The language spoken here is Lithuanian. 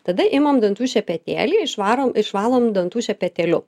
tada imam dantų šepetėlį išvarom išvalom dantų šepetėliu